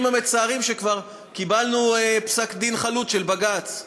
המצערים שכבר קיבלנו פסק-דין חלוט של בג"ץ.